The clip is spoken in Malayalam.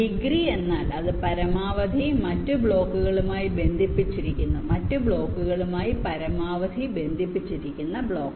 ഡിഗ്രി എന്നാൽ അത് പരമാവധി മറ്റ് ബ്ലോക്കുകളുമായി ബന്ധിപ്പിച്ചിരിക്കുന്നു മറ്റ് ബ്ലോക്കുകളുമായി പരമാവധി ബന്ധിപ്പിച്ചിരിക്കുന്ന ബ്ലോക്ക്